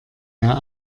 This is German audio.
mehr